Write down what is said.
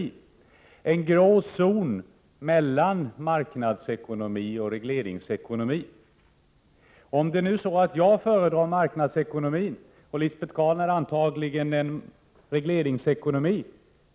Vi befinner oss i en grå zon, mellan marknadsekonomi och regleringsekonomi. Om jag föredrar marknadsekonomin och Lisbet Calner antagligen föredrar regleringsekonomin,